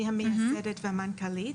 אני המנכ"לית.